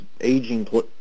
aging